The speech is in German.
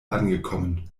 angekommen